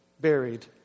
buried